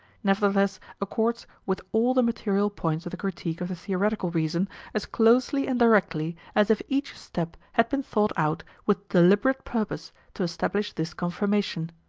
nevertheless accords with all the material points of the critique of the theoretical reason as closely and directly as if each step had been thought out with deliberate purpose to establish this confirmation.